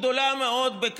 זה אחריות של הממשלה,